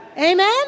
Amen